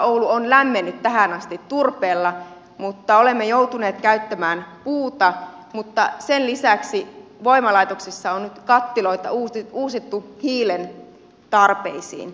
oulu on lämmennyt tähän asti turpeella olemme joutuneet käyttämään puuta mutta sen lisäksi voimalaitoksissa on nyt kattiloita uusittu hiilen tarpeisiin